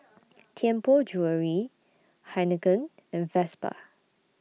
Tianpo Jewellery Heinekein and Vespa